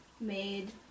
Made